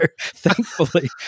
thankfully